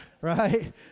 right